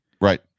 Right